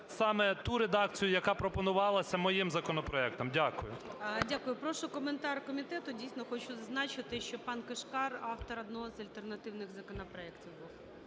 саме ту редакцію, яка пропонувалася моїм законопроектом. Дякую. ГОЛОВУЮЧИЙ. Дякую. Прошу коментар комітету. Дійсно, хочу зазначити, що пан Кишкар автор одного з альтернативних законопроектів